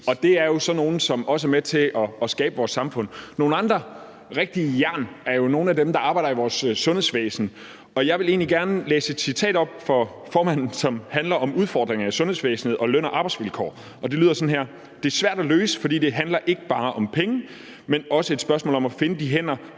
og det er jo også sådan nogle, som er med til at skabe vores samfund. Nogle andre rigtige jern er jo nogle af dem, der arbejder i vores sundhedsvæsen, og jeg vil egentlig gerne læse et citat op for formanden, som handler om udfordringer i sundhedsvæsenet og løn- og arbejdsvilkår, og det lyder sådan her: Det er svært at løse, fordi det ikke bare handler om penge, men det er også et spørgsmål om at finde de hænder;